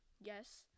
yes